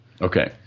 Okay